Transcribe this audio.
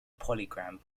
polygram